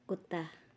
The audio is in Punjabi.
ਕੁੱਤਾ